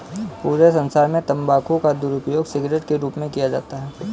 पूरे संसार में तम्बाकू का दुरूपयोग सिगरेट के रूप में किया जाता है